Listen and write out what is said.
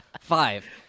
Five